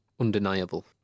undeniable